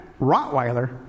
Rottweiler